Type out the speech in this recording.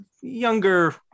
younger